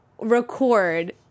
record